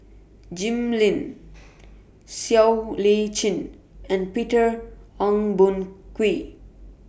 Jim Lim Siow Lee Chin and Peter Ong Boon Kwee